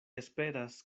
esperas